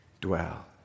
Dwell